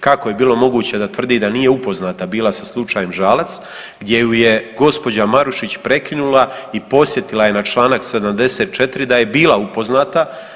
Kako je bilo moguće da tvrdi da nije upoznata bila sa slučajem Žalac gdje ju je gospođa Marušić prekinula i podsjetila je na članak 74 da je bila upoznata.